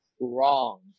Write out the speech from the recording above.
Wrong